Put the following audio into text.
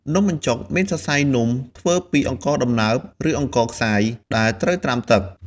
នំបញ្ចុកមានសរសៃនំធ្វើពីអង្ករដំណើប ឬអង្ករខ្សាយដែលត្រូវត្រាំទឹក។